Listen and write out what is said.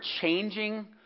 changing